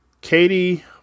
Katie